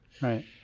Right